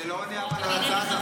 זה לא עונה על הצעת החוק.